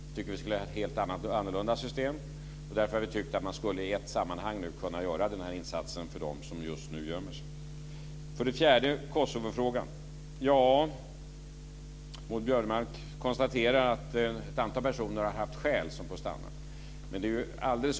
Vi tycker att vi skulle ha ett helt annorlunda system. Därför har vi tyckt att man i ett sammanhang nu skulle kunna göra den här insatsen för dem som just nu gömmer sig. Till sist Kosovofrågan. Maud Björnemalm konstaterar att ett antal personer som får stanna har haft skäl.